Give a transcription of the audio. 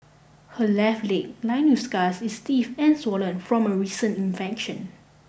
her left leg line with scars is stiff and swollen from a recent infection